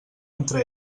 entre